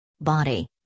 body